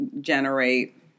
generate